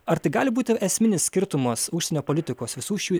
ar tai gali būti esminis skirtumas užsienio politikos visų šių